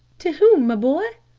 to whom, my boy?